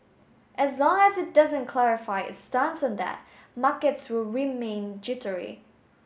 as long as it doesn't clarify its stance on that markets will remain jittery